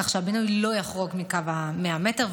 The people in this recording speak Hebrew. כך שהבינוי לא יחרוג מקו ה-100 מטר.